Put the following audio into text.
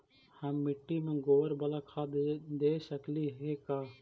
हम मिट्टी में गोबर बाला खाद दे सकली हे का?